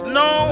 no